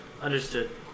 Understood